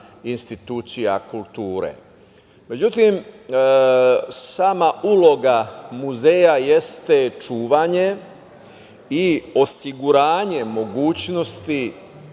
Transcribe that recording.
institucija kulture.Međutim, sama uloga muzeja jeste čuvanje i osiguranje mogućnosti,